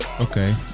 Okay